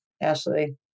Ashley